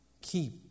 Keep